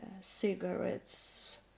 cigarettes